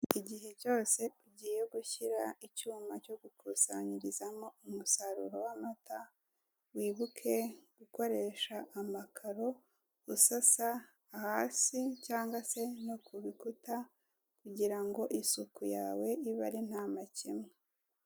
Igihe cyose ugiye gushyira icyuma cyo gukusanyirizamo umusaruro w'amata wibuke gukoresha amakaro usasa hasi cyangwa se no ku bikuta kugira ngo isuku yawe ibe ari ntamakemwa.